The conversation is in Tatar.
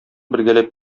бергәләп